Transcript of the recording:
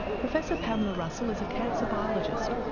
professor pamela russell is a cancer biologist.